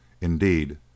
indeed